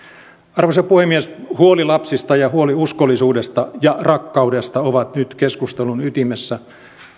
arvoisa puhemies huoli lapsista ja huoli uskollisuudesta ja rakkaudesta ovat nyt keskustelun ytimessä